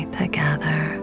together